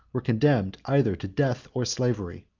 were condemned either to death or slavery.